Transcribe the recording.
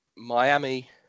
Miami